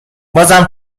بازم